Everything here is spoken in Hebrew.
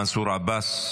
מנסור עבאס,